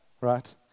right